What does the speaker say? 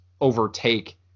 overtake